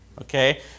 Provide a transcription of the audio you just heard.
Okay